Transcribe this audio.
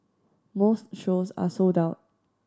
most shows are sold out